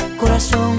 corazón